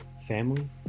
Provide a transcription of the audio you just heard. Family